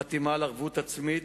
חתימה על ערבות עצמית,